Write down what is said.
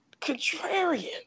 contrarian